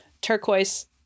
turquoise